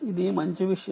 ఇది మంచి విషయం